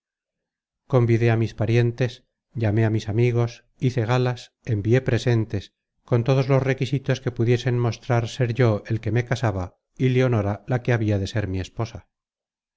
convidé á mis parientes llamé á mis amigos hice galas envié presentes con todos los requisitos que pudiesen mostrar ser yo el que me casaba y leonora la que habia de ser mi esposa